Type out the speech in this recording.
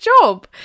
job